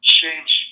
change